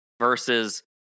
versus